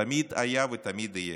תמיד היה ותמיד יהיה.